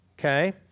okay